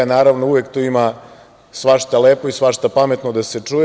Naravno, uvek tu ima svašta lepo i svašta pametno da se čuje.